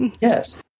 Yes